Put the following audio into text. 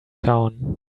town